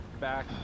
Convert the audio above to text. back